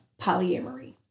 polyamory